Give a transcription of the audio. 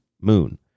moon